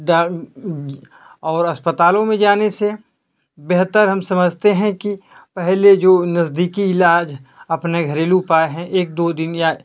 दा और अस्पतालों में जाने से बेहतर हम समझते हैं कि पहले जो नज़दीकी इलाज अपने घरेलू उपाय हैं एक दो दिन या